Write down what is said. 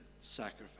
sacrifice